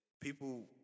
people